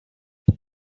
our